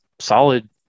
solid